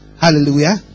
Hallelujah